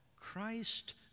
Christ